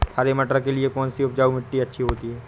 हरे मटर के लिए कौन सी उपजाऊ मिट्टी अच्छी रहती है?